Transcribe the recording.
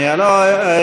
אורי,